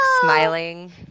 smiling